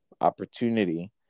opportunity